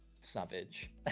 savage